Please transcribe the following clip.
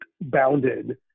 bounded